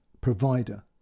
...provider